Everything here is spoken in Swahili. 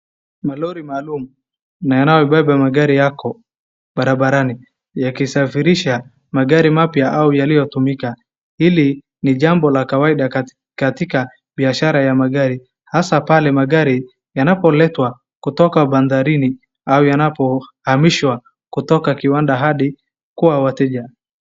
Malori maalum na yanayobeba magari yako barabarani yakisafirisha magari mapya au yaliyotumika. Hili ni jambo la kawaida katika biashara ya magari hasa pale magari yanapoletwa kutoka bandarini au yanapohamishwa kutoka kiwanda hadi kwa wateja.